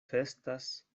festas